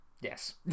Yes